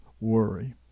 worry